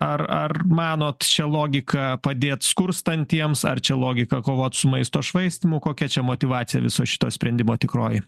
ar ar manot čia logika padėt skurstantiems ar čia logika kovot su maisto švaistymu kokia čia motyvacija viso šito sprendimo tikroji